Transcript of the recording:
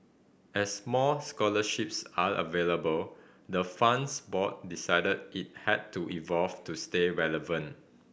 as more scholarships are available the fund's board decided it had to evolve to stay relevant